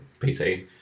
PC